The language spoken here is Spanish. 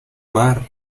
mar